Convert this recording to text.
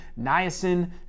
niacin